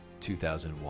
2001